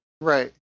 Right